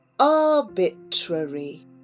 Arbitrary